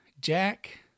jack